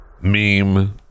meme